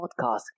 Podcast